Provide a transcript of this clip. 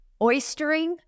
oystering